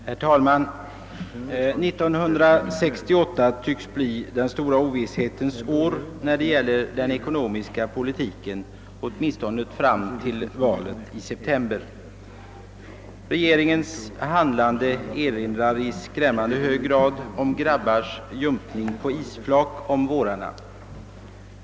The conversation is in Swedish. Herr talman! När det gäller den ekonomiska politiken tycks 1968 bli den stora ovisshetens år, åtminstone fram till valet i september. Regeringens handlande hittills erinrar i skrämmande hög grad om grabbars jumpning på isflak om vårarna.